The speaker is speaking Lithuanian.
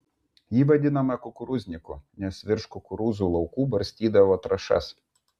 jį vadinome kukurūzniku nes virš kukurūzų laukų barstydavo trąšas